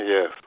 Yes